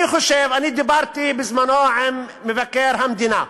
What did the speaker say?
אני דיברתי בזמנו עם מבקר המדינה,